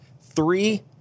three